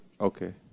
okay